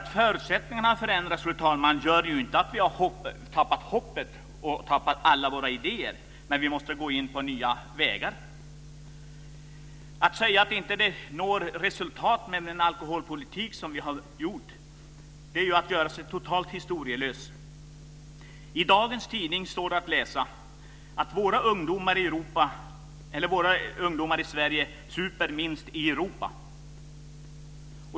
Att förutsättningarna har förändrats gör ju inte att vi har förlorat hoppet och alla våra idéer, men vi måste gå in på nya vägar. Att säga att vi inte når några resultat med den alkoholpolitik som vi har fört innebär ju att man gör sig helt historielös. I dagens tidning står det att läsa att våra ungdomar i Sverige super minst i Europa.